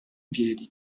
piedi